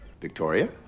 Victoria